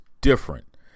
different